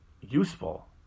useful